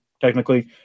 technically